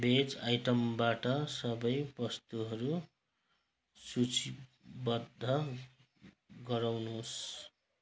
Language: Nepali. भेज आइटमबाट सबै वस्तुहरू सूचीबद्ध गराउनुहोस्